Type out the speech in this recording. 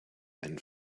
and